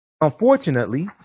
Unfortunately